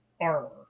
armor